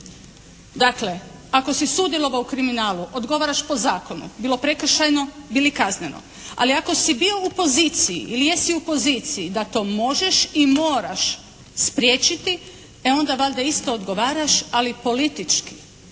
Dakle ako si sudjelovao u kriminalu odgovaraš po zakonu bilo prekršajno, bilo kazneno. Ali ako si bio u poziciji ili jesi u poziciji da to možeš i moraš spriječiti e onda valjda isto odgovaraš ali politički